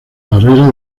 barrera